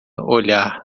olhar